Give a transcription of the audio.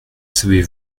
savez